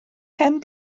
pen